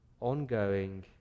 ongoing